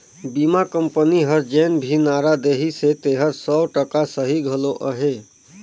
बीमा कंपनी हर जेन भी नारा देहिसे तेहर सौ टका सही घलो अहे